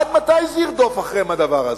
עד מתי זה ירדוף אחריהם, הדבר הזה?